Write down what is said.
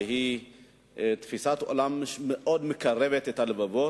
שהיא תפיסת עולם מאוד מקרבת הלבבות,